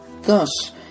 Thus